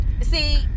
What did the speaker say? See